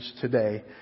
today